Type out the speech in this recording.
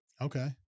okay